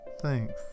Thanks